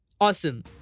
Awesome